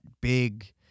big